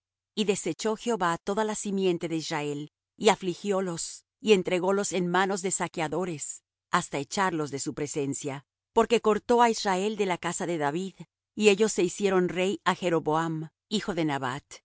y desechó jehová toda la simiente de israel y afligiólos y entrególos en manos de saqueadores hasta echarlos de su presencia porque cortó á israel de la casa de david y ellos se hicieron rey á jeroboam hijo de nabat